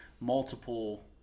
multiple